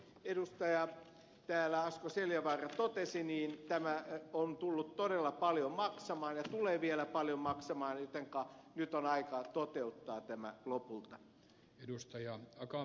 asko seljavaara totesi tämä on tullut todella paljon maksamaan ja tulee vielä paljon maksamaan jotenka nyt on aika toteuttaa tämä lopulta